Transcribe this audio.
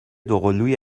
دوقلوی